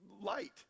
light